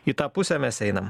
į tą pusę mes einam